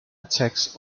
attacks